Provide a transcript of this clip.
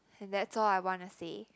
and that's all I wanna say